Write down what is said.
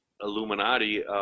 Illuminati